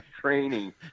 training